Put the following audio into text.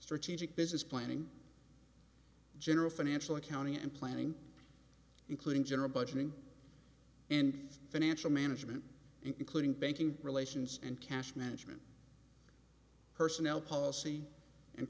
strategic business planning general financial accounting and planning including general budgeting and financial management including banking relations and cash management personnel policy and